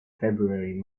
february